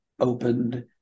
opened